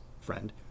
friend